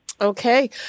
Okay